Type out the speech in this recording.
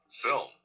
film